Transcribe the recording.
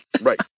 Right